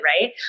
right